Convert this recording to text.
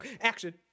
action